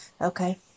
Okay